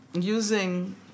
using